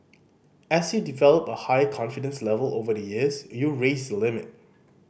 as you develop a higher confidence level over the years you raise the limit